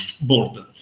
board